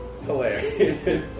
Hilarious